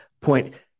point